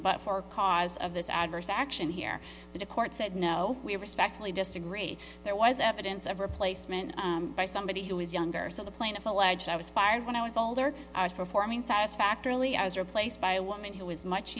but for cause of this adverse action here the court said no we respectfully disagree there was evidence of replacement by somebody who is younger so the plaintiff alleged i was fired when i was older i was performing satisfactorily i was replaced by a woman who was much